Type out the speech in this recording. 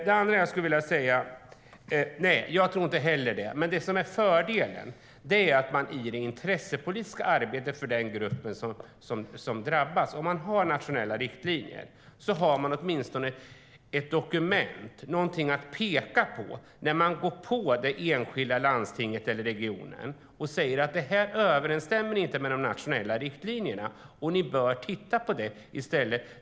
Det andra jag skulle vilja säga är att fördelen om man har nationella riktlinjer i det intressepolitiska arbetet för den grupp som drabbas är att man åtminstone har ett dokument - någonting att peka på - när man går på det enskilda landstinget eller den enskilda regionen. Man kan säga: Det här överensstämmer inte med de nationella riktlinjerna, och ni bör titta på det.